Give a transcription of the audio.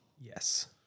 Yes